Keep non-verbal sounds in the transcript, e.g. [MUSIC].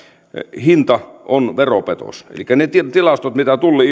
hinta on veropetos elikkä ne tilastot mitä tulli [UNINTELLIGIBLE]